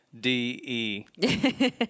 D-E